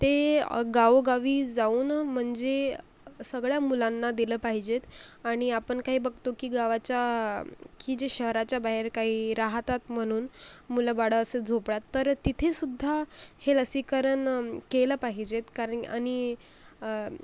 ते गावोगावी जाऊन म्हणजे सगळ्या मुलांना दिलं पाहिजे आणि आपण काय बघतो की गावाच्या की जे शहराच्या बाहेर काही राहतात म्हणून मुलं बाळं असं झोपड्यात तर तिथेसुद्धा हे लसीकरण केलं पाहिजे कारण आणि